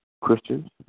Christians